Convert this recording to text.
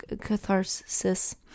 catharsis